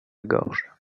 gorge